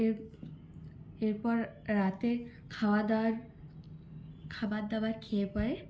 এর এরপর রাতে খাওয়া দাওয়ার খাবারদাবার খেয়ে পরে